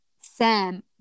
Sam